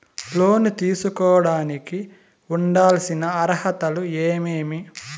లోను తీసుకోడానికి ఉండాల్సిన అర్హతలు ఏమేమి?